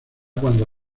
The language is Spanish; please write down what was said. cuando